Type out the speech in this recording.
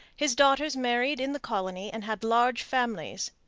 his daughters married in the colony and had large families.